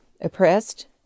oppressed